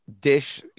dish